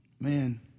man